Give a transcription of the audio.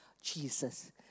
Jesus